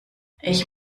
ich